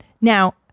Now